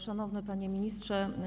Szanowny Panie Ministrze!